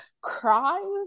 cries